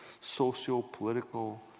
socio-political